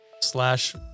slash